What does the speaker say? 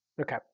Okay